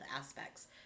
aspects